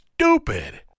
stupid